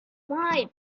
fine